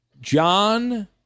John